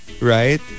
Right